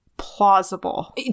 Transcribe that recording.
Plausible